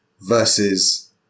Versus